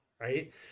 Right